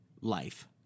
life